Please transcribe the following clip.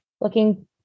looking